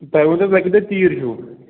تُہۍ ؤنِو تۅہہِ کٲتیٛاہ تیٖرۍ چھِو